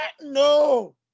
No